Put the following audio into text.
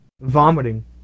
vomiting